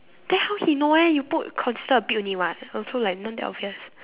then how he know eh you put concealer a bit only [what] also like not that obvious